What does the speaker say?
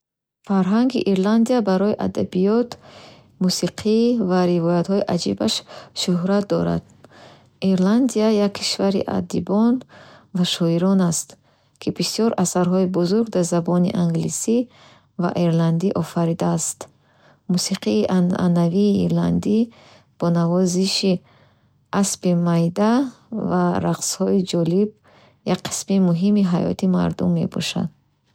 Фарҳанги Ирландия барои адабиёт, мусиқӣ ва ривоятҳои аҷибаш шӯҳрат дорад. Ирландия як кишвари адибон ва шоирон аст, ки бисёр асарҳои бузург дар забони англисӣ ва ирландӣ офаридаанд. Мусиқии анъанавии ирландӣ бо навозиши аспи майда ва рақсҳои ҷолиб як қисми муҳими ҳаёти мардум мебошад